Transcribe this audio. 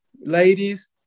Ladies